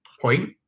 point